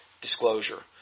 disclosure